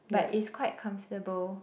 but it's quite comfortable